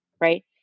right